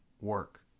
work